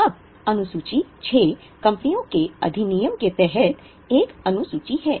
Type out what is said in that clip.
अब अनु सूची VI कंपनियों के अधिनियम के तहत एक अनु सूची है